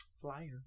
Flyer